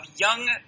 young